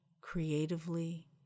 creatively